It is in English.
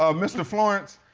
ah mr. florence,